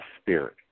spirit